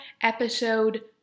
episode